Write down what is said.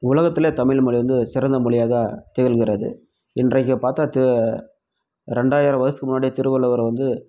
உலகத்திலே தமிழ்மொழி வந்து ஒரு சிறந்த மொழியாக திகழ்கிறது இன்றைக்கு பார்த்தா தி ரெண்டாயிரம் வருஷத்துக்கு முன்னாடியே திருவள்ளுவர் வந்து